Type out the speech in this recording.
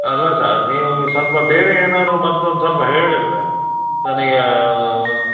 ಅಲ್ಲ ಸರ್ ನೀವು ಸ್ವಲ್ಪ ಬೇರೆ ಏನಾದರೂ ಮದ್ ಒಂದು ಸ್ವಲ್ಪ ಹೇಳಿದರೆ ನನಗೆ